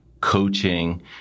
coaching